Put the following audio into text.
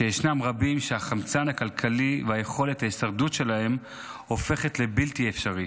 שישנם רבים שהחמצן הכלכלי ויכולת ההישרדות שלהם הופכת לבלתי אפשרית.